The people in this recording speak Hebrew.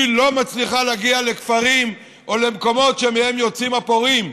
לא מצליחה להגיע לכפרים או למקומות שמהם יוצאים הפורעים.